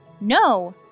No